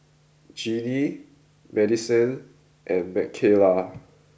Gennie Madisen and Mckayla